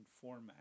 format